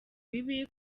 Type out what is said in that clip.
bibi